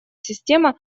система